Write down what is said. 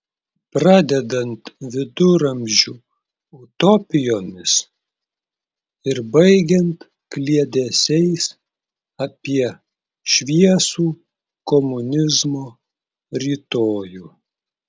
pradedant viduramžių utopijomis ir baigiant kliedesiais apie šviesų komunizmo rytojų